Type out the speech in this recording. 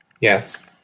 Yes